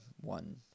one